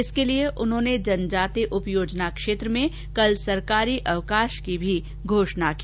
इसके लिए उन्होंने जनजाति उपयोजना क्षेत्र में कल सरकारी अवकाश की घोषणा भी की